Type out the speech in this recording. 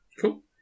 Cool